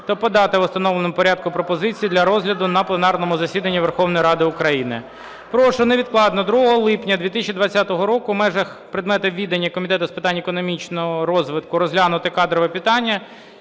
та подати в установленому порядку пропозиції для розгляду на пленарному засіданні Верховної Ради України. Прошу невідкладно 2 липня 2020 року в межах предметів відання Комітету з питань економічного розвитку розглянути кадрові питання,